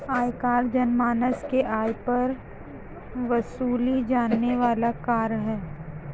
आयकर जनमानस के आय पर वसूले जाने वाला कर है